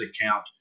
account